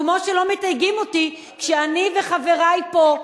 כמו שלא מתייגים אותי כשאני וחברי פה,